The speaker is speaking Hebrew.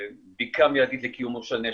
בדיקה מיידית לקיומו של נשק.